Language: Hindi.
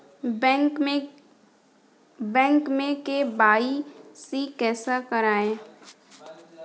बैंक में के.वाई.सी कैसे करायें?